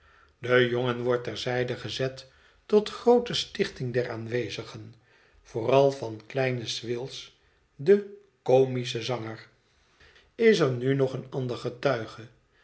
de jongen wordt ter zijde gezet tot groote stichting der aanwezigen vooral van kleinen swills den comischen zanger is er nu nog een ander getuige